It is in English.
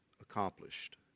accomplished